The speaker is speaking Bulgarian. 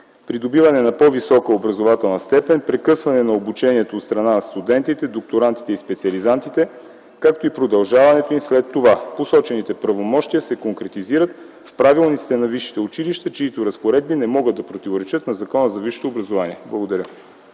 придобиване на по-висока образователна степен, прекъсване на обучението от страна на студентите, докторантите и специализантите, както и продължаването им след това. Посочените правомощия се конкретизират в правилниците на висшите училища, чиито разпоредби не могат да противоречат на Закона за висшето образование. Благодаря.